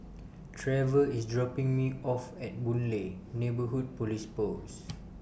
Trevor IS dropping Me off At Boon Lay Neighbourhood Police Post